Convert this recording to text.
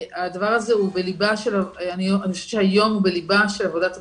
הדבר הזה הוא בליבה של עבודת הפרקליטות.